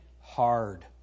hard